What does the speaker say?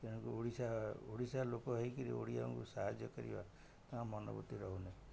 ସେମାନେ ଓଡ଼ିଶା ଓଡ଼ିଶାର ଲୋକ ହେଇକି ଓଡ଼ିଆଙ୍କୁ ସାହାଯ୍ୟ କରିବା ସେମାନଙ୍କ ମନୋବୃତ୍ତି ରହୁନାହିଁ